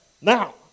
Now